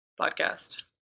podcast